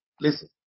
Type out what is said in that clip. listen